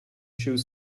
shoes